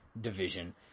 division